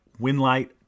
Winlight